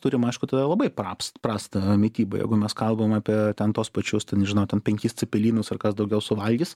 turim aišku tada labai praps prastą mitybą jeigu mes kalbam apie ten tuos pačius ten nežinau ten penkis cepelinus ar kas daugiau suvalgys